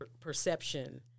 perception